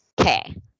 Okay